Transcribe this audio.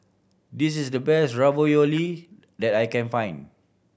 this is the best Ravioli that I can find